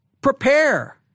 prepare